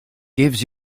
gives